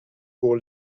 pour